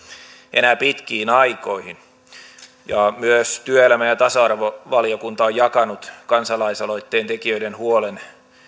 enää pitkiin aikoihin myös työelämä ja tasa arvovaliokunta on jakanut kansalaisaloitteen tekijöiden huolen